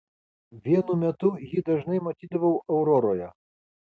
vienu metu jį dažnai matydavau auroroje